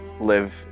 live